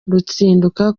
rutsindura